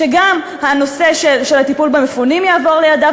שגם הנושא של הטיפול במפונים יעבור לידיו,